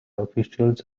officials